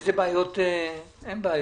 לא.